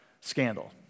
scandal